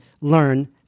learn